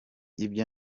ibyo